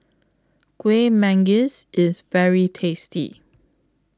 Kueh Manggis IS very tasty